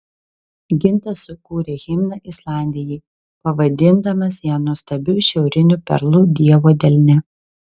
gintas sukūrė himną islandijai pavadindamas ją nuostabiu šiauriniu perlu dievo delne